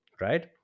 right